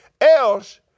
Else